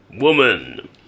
Woman